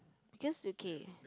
because okay